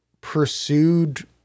pursued